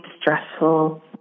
stressful